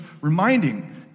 reminding